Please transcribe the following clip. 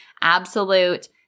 absolute